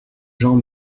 gens